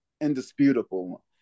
indisputable